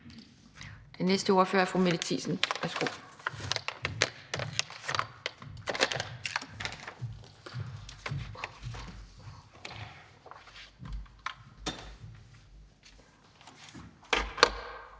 Den næste ordfører er fru Mette Thiesen.